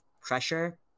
pressure